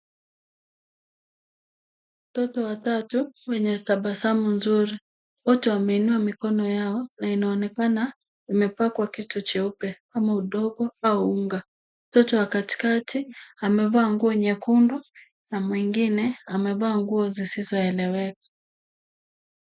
Watoto watatu wenye tabasamu nzuri. Wote wameinua mikono yao na inaonekana imepakwa kitu cheupe kama udongo au unga. Mtoto wa katikati amevaa nguo nyekundu na mwingine amevaa nguo zisizoeleweka.